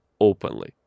openly